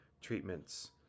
treatments